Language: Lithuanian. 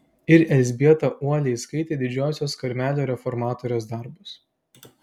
ir elzbieta uoliai skaitė didžiosios karmelio reformatorės darbus